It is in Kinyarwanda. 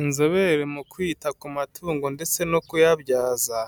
Inzobere mu kwita ku matungo ndetse no kuyabyaza